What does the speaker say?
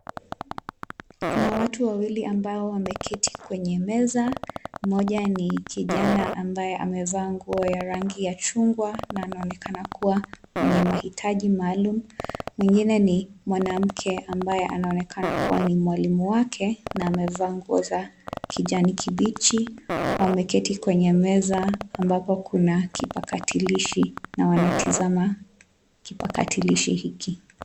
Kuna watu wawili ambao wameketi kwenye meza. Mmoja ni kijana ambaye amevaa nguo ya rangi ya chungwa na anaonekana kuwa mwenye mahitaji maalum. Mwingine ni mwanamke ambaye anaonekana kuwa ni mwalimu wake na amevaa nguo za kijani kibichi. Wameketi kwenye meza ambapo kuna kipakatalishi na wanatazama kipakatalishi hiki.